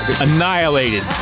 annihilated